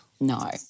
No